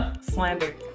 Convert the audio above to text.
slander